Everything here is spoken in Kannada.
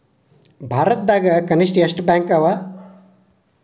ಭಾರತದಾಗ ಕನಿಷ್ಠ ಎಷ್ಟ್ ಬ್ಯಾಂಕ್ ಅವ?